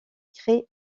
créer